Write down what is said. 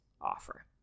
offer